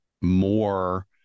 more